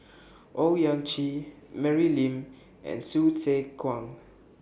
Owyang Chi Mary Lim and Hsu Tse Kwang